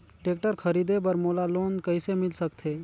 Tractor खरीदे बर मोला लोन कइसे मिल सकथे?